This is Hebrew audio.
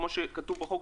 כפי שכתוב בחוק,